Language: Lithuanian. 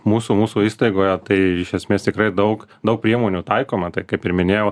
mūsų mūsų įstaigoje tai iš esmės tikrai daug daug priemonių taikoma tai kaip ir minėjau